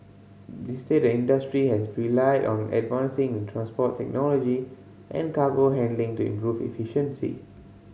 instead industry has relied on advances in transport technology and cargo handling to improve efficiency